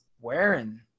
wearing